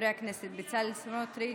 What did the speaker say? חברי הכנסת בצלאל סמוטריץ',